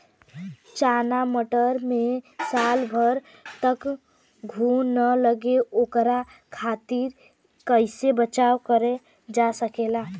चना मटर मे साल भर तक घून ना लगे ओकरे खातीर कइसे बचाव करल जा सकेला?